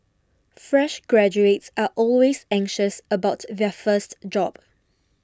fresh graduates are always anxious about their first job